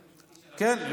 כן.